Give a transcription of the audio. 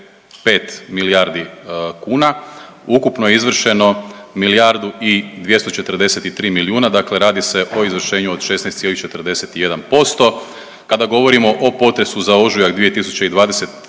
7,5 milijardi kuna. Ukupno je izvršeno milijardu i 243 milijuna. Dakle, radi se o izvršenju od 16,41%. Kada govorimo o potresu za ožujak 2020.